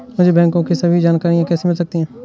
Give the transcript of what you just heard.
मुझे बैंकों की सभी जानकारियाँ कैसे मिल सकती हैं?